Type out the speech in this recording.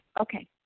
Okay